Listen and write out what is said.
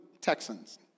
texans